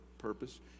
purpose